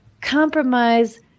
compromise